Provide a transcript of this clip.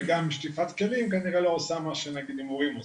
וגם שטיפת כלים כנראה לא עושה מה שהימורים עושים.